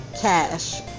Cash